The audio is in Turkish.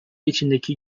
içindeki